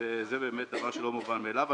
וזה באמת דבר שהוא לא מובן מאליו.